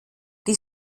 die